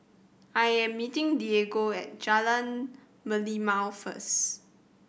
I am meeting Diego at Jalan Merlimau first